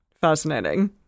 fascinating